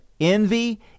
envy